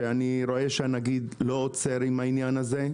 כשאני רואה שהנגיד לא עוצר עם העניין הזה.